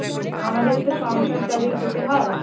আমাদেরও তো সংসার চালিয়ে খেতে হয়